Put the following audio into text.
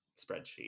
spreadsheet